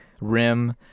rim